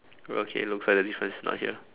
okay look for the difference not here